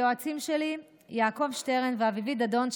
ליועצים שלי יעקב שטרן ואביבית דדון,